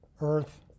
Earth